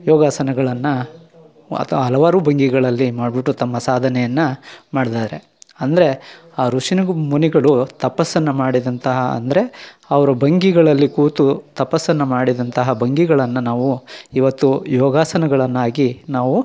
ಯೋಗಾಸನಗಳನ್ನು ಅಥ್ವ ಹಲವಾರು ಭಂಗಿಗಳಲ್ಲಿ ಮಾಡ್ಬಿಟ್ಟು ತಮ್ಮ ಸಾಧನೆಯನ್ನ ಮಾಡಿದ್ದಾರೆ ಅಂದರೆ ಆ ಋಷಿನುಗು ಮುನಿಗಳು ತಪಸ್ಸನ್ನು ಮಾಡಿದಂತಹ ಅಂದರೆ ಅವರು ಭಂಗಿಗಳಲ್ಲಿ ಕೂತು ತಪಸ್ಸನ್ನು ಮಾಡಿದಂತಹ ಭಂಗಿಗಳನ್ನ ನಾವು ಇವತ್ತು ಯೋಗಾಸನಗಳನ್ನಾಗಿ ನಾವು